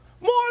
more